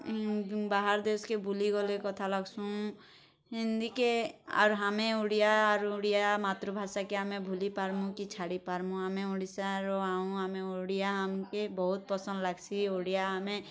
ବାହାର୍ ଦେଶ୍କେ ବୁଲିଗଲେ କଥା ଲାଗ୍ସୁଁ ହିନ୍ଦୀକେ ଆର୍ ଆମେ ଓଡ଼ିଆ ଆରୁ ଓଡ଼ିଆ ମାତୃଭାଷାକେ ଆମେ ଭୁଲିପାର୍ମୁଁ କି ଛାଡ଼ିପାର୍ମୁଁ ଆମେ ଓଡ଼ିଶାର ଆଉଁ ଆମେ ଓଡ଼ିଆ ଆମ୍କେ ବହୁତ୍ ପସନ୍ଦ ଲାଗ୍ସି ଓଡ଼ିଆ